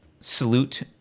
salute